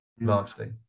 largely